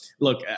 Look